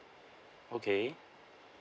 okay